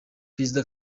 perezida